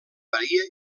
maria